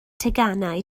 teganau